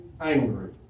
angry